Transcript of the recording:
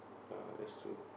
ya that's true